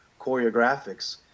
choreographics